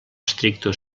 stricto